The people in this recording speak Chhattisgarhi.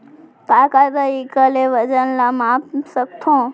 का का तरीक़ा ले वजन ला माप सकथो?